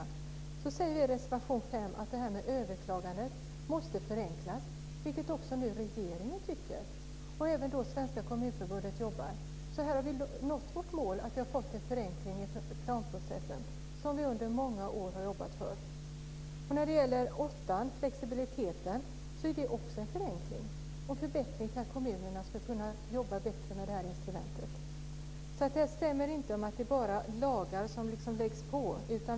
I reservation 5 säger vi att detta med överklagandet måste förenklas, vilket regeringen också tycker nu. Svenska Kommunförbundet jobbar för det. Här har vi nått vårt mål. Vi har fått en förenkling i planprocessen. Det har vi jobbat för under många år. Reservation 8 handlar om flexibiliteten. Det är också en förenkling och förbättring så att kommunerna ska kunna jobba bättre med det här instrumentet. Det stämmer inte att det bara är lagar som läggs på.